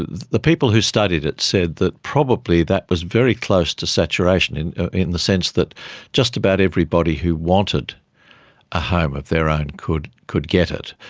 ah the people who studied it said that probably that was very close to saturation, in in the sense that just about everybody who wanted a home of their own could could get it.